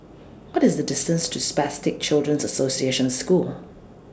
What IS The distance to Spastic Children's The Association School